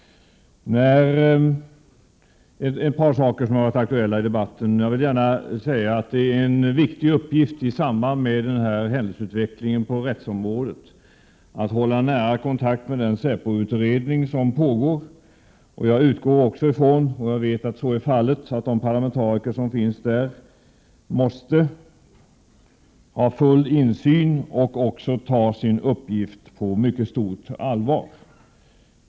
Med anledning av ett par saker som har varit aktuella i debatten vill jag gärna säga att det är en viktig uppgift, i samband med händelseutvecklingen på rättsområdet, att hålla nära kontakt med den säpoutredning som pågår. Jag utgår också från — och jag vet att så är fallet — att de parlamentariker som deltar där måste ha full insyn och ta sin uppgift på mycket stort allvar.